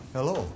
Hello